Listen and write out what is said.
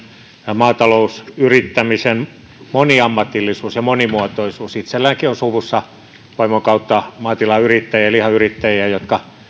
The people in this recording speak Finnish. maatalousyrittämisen moniammatillisuus ja monimuotoisuus itsellänikin on suvussa vaimon kautta maatilayrittäjiä lihayrittäjiä jotka